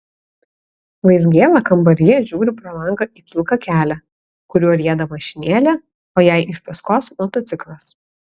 vaizgėla kambaryje žiūri pro langą į pilką kelią kuriuo rieda mašinėlė o jai iš paskos motociklas